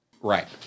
Right